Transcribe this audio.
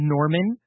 Norman